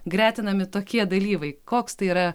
gretinami tokie dalyvai koks tai yra